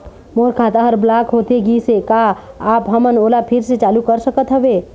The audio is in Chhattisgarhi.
मोर खाता हर ब्लॉक होथे गिस हे, का आप हमन ओला फिर से चालू कर सकत हावे?